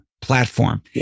platform